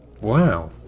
Wow